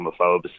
homophobes